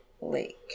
Lake